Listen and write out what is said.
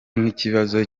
nk’ikibazo